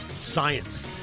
Science